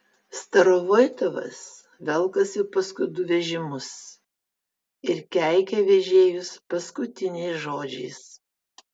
starovoitovas velkasi paskui du vežimus ir keikia vežėjus paskutiniais žodžiais